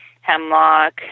hemlock